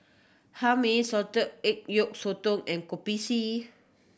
Hae Mee salted egg yolk sotong and Kopi C